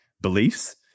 beliefs